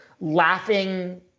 laughing